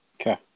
Okay